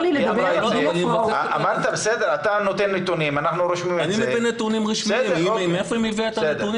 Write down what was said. אמרת את זה, חזי שוורצמן ענה על זה.